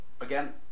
Again